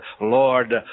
Lord